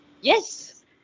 yes